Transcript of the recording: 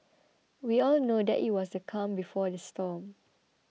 we all know that it was the calm before the storm